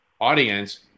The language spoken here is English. audience